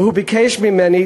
והוא ביקש ממני,